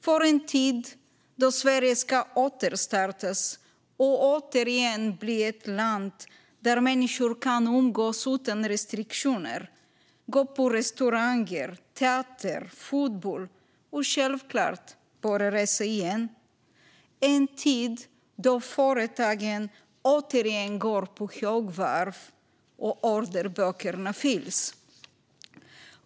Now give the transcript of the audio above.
Det är en tid då Sverige ska återstartas och återigen bli ett land där människor kan umgås utan restriktioner, gå på restauranger, teater och fotboll och, självklart, börja resa igen. Det är en tid då företagen återigen går på högvarv och orderböckerna fylls.